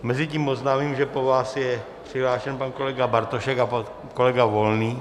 Mezitím oznámím, že po vás je přihlášen pan kolega Bartošek a pan kolega Volný.